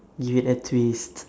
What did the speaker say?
give it a twist